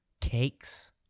cakes